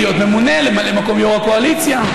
להיות ממונה לממלא מקום יו"ר הקואליציה,